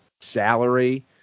salary